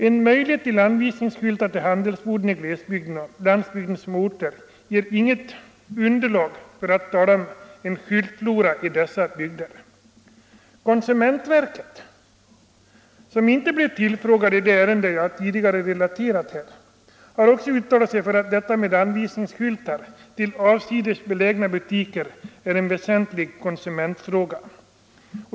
En möjlighet till anvisningsskyltar till handelsboden i glesbygden och i landsbygdens småorter ger inget underlag för att tala om en skyltflora i dessa bygder. Konsumentverket — som inte blev tillfrågat i det ärende jag tidigare relaterat — har också uttalat sig för att detta med anvisningsskyltar till avsides belägna butiker är en väsentlig konsumentfråga.